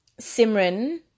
Simran